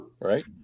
right